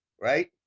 right